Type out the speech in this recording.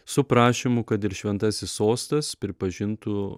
su prašymu kad ir šventasis sostas pripažintų